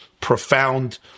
profound